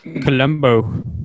Colombo